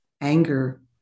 anger